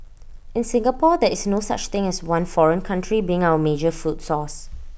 in Singapore there is no such thing as one foreign country being our major food source